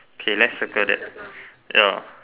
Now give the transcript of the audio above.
okay let's circle that ya